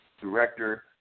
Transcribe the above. director